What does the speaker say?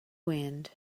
wind